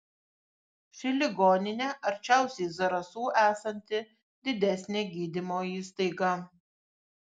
ši ligoninė arčiausiai zarasų esanti didesnė gydymo įstaiga